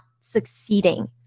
succeeding